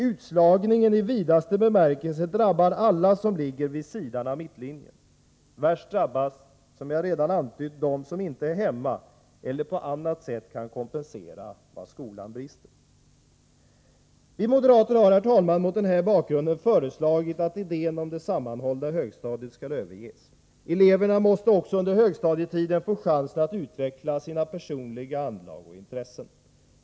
Utslagning i vidaste bemärkelse drabbar alla som ligger vid sidan av mittlinjen. Värst drabbas — som jag redan antytt — de som inte hemma eller på annat sätt kan kompensera vad skolan brister. Vi moderater har mot den här bakgrunden förslagit att idén om det sammanhållna högstadiet skall överges. Eleverna måste också under högstadietiden få chansen att utveckla sina personliga anlag och intressen.